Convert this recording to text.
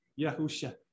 Yahusha